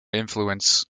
influence